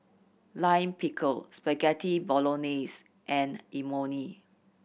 Lime Pickle Spaghetti Bolognese and Imoni